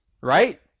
right